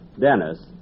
Dennis